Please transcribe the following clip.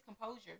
composure